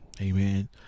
amen